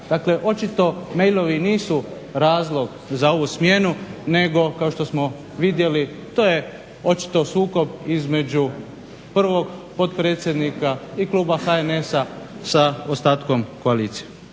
Dakle, očito mailovi nisu razlog za ovu smjenu nego kao što smo vidjeli to je očito sukob između prvog potpredsjednika i kluba HNS-a sa ostatkom koalicije.